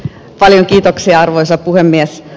paljon kiitoksia arvoisa puhemies